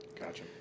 Gotcha